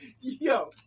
Yo